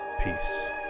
peace